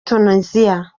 tuniziya